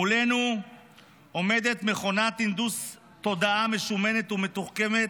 מולנו עומדת מכונת הינדוס תודעה משומנת ומתוחכמת,